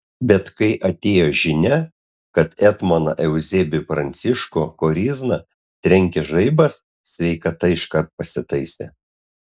bet kai atėjo žinia kad etmoną euzebijų pranciškų korizną trenkė žaibas sveikata iškart pasitaisė